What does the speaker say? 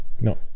no